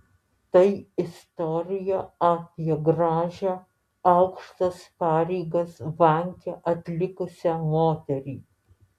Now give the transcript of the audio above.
tai istorija apie gražią aukštas pareigas banke atlikusią moterį